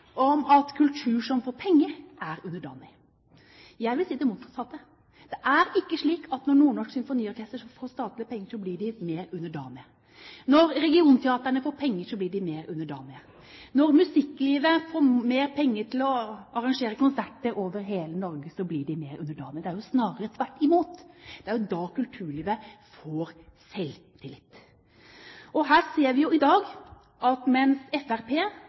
om at kultur som får penger, er underdanig. Jeg vil si det motsatte. Det er ikke slik at når Nordnorsk Symfoniorkester får statlige penger, så blir de mer underdanige, når regionteatrene får penger, så blir de mer underdanige, når musikklivet får mer penger til å arrangere konserter over hele Norge, så blir de mer underdanige. Det er jo snarere tvert imot. Det er da kulturlivet får selvtillit. Her ser vi i dag at